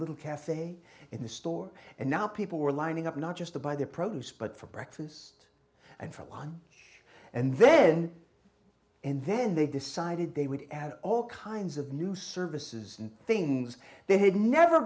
little cafe in the store and now people were lining up not just the buy their produce but for breakfast and for one and then and then they decided they would add all kinds of new services and things they had never